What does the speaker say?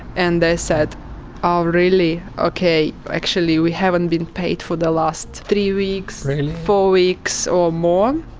and they said oh really, okay, actually we haven't been paid for the last three weeks and four weeks or more.